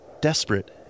desperate